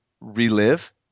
relive